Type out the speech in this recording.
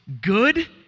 good